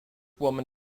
woman